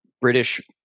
British